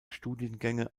studiengänge